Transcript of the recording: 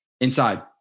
inside